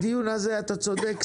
אתה צודק,